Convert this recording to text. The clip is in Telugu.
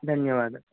ధన్యవాదం